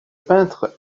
peintre